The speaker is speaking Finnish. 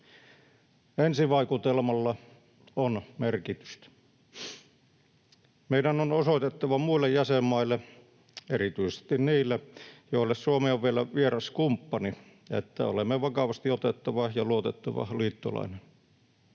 Ensivaikutelmalla on merkitystä. Meidän on osoitettava muille jäsenmaille, erityisesti niille, joille Suomi on vielä vieras kumppani, että olemme vakavasti otettava ja luotettava liittolainen.